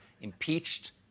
impeached